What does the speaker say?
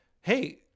Hey